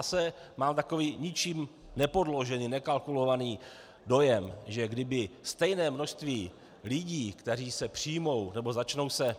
Já mám takový ničím nepodložený, nekalkulovaný dojem, že kdyby stejné množství lidí, kteří se přijmou nebo začnou se...